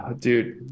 dude